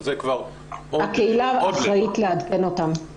הקהילה אחראית לעדכן אותה.